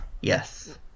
Yes